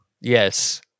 Yes